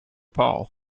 paw